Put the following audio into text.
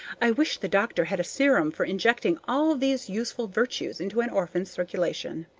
i wish the doctor had a serum for injecting all these useful virtues into an orphan's circulation.